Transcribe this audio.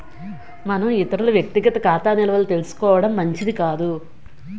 మనం ఇతరుల వ్యక్తిగత ఖాతా నిల్వలు తెలుసుకోవడం మంచిది కాదు